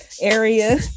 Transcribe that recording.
area